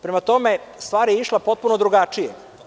Prema tome stvar je išla potpuno drugačije.